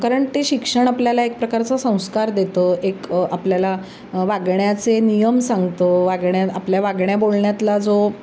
कारण ते शिक्षण आपल्याला एक प्रकारचा संस्कार देतं एक आपल्याला वागण्याचे नियम सांगतं वागण्या आपल्या वागण्या बोलण्यातला जो